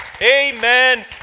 Amen